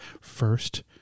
first